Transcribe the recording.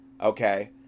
okay